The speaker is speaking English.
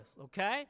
Okay